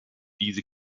diese